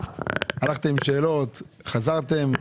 הלכתם עם שאלות, חזרתם.